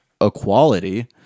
equality